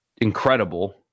incredible